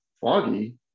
foggy